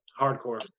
hardcore